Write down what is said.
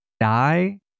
die